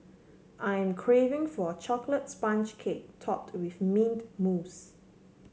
I'm craving for a chocolate sponge cake topped with mint mousse